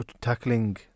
tackling